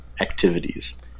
activities